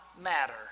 matter